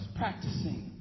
Practicing